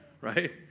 Right